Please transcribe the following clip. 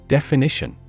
Definition